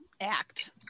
act